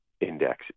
index